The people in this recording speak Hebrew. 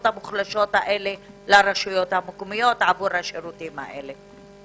המוחלשות האלה לרשויות המקומיות עבור השירותים האלה.